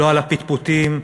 לא לפטפוטים,